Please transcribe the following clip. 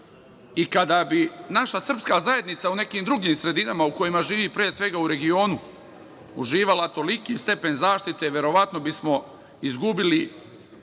i kada bi naša srpska zajednica u nekim drugim sredinama u kojima živi, pre svega u regionu, uživala toliki stepen zaštite, verovatno bismo izgubili